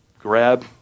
grab